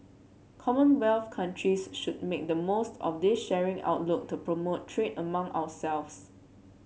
commonwealth countries should make the most of this shared outlook to promote trade among ourselves